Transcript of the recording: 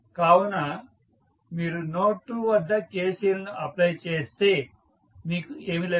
కావున మీరు నోడ్ 2 వద్ద KCLను అప్లై చేస్తే మీకు ఏమి లభిస్తుంది